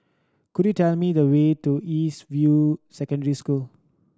could you tell me the way to East View Secondary School